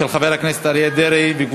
של חברת הכנסת מיכל רוזין.